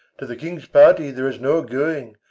to the king's party there's no going.